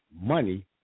money